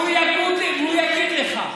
הוא יגיד לך: